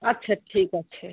আচ্ছা ঠিক আছে